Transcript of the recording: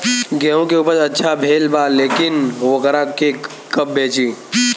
गेहूं के उपज अच्छा भेल बा लेकिन वोकरा के कब बेची?